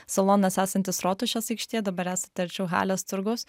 salonas esantis rotušės aikštėje dabar esate arčiau halės turgaus